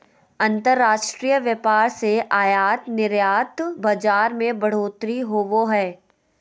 अंतर्राष्ट्रीय व्यापार से आयात निर्यात बाजार मे बढ़ोतरी होवो हय